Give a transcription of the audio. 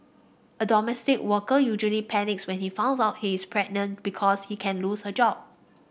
a domestic worker usually panics when he found out he is pregnant because she can lose her job